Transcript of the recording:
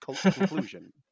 conclusion